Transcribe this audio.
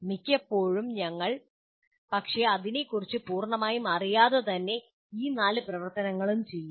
മിക്കപ്പോഴും ഞങ്ങൾ പക്ഷേ അതിനെക്കുറിച്ച് പൂർണ്ണമായി അറിയാതെ തന്നെ ഈ നാല് പ്രവർത്തനങ്ങളും ചെയ്യും